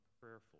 prayerful